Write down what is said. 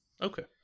Okay